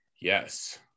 Yes